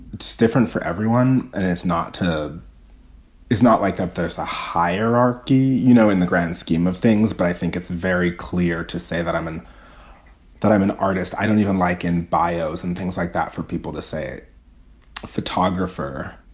it's different for everyone. and it's not to it's not like that. there's a hierarchy, you know, in the grand scheme of things. but i think it's very clear to say that i'm in that i'm an artist. i don't even like in bios and things like that. for people to say photographer.